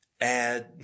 add